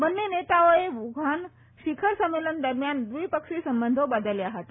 બંને નેતાઓએ વુહાન શિખર સંમેલન દરમિયાન દ્વિપક્ષી સંબંધો બદલ્યા હતા